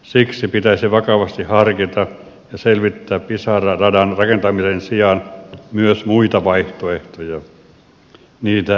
siksi pitäisi vakavasti harkita ja selvittää pisara radan rakentamisen sijaan myös muita vaihtoehtoja niitä nimittäin on